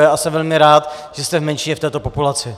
A jsem velmi rád, že jste v menšině v této populaci.